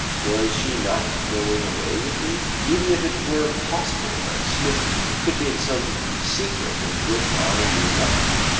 was she not going away with me? even if it were possible that smith could be in some secret of which i knew nothing,